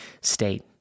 state